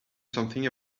something